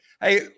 hey